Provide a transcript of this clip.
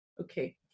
Okay